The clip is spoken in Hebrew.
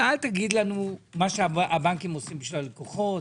אל תגיד לנו מה הבנקים עושים ללקוחות.